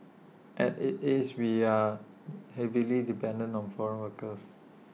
as IT is we are heavily dependent on foreign workers